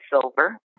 silver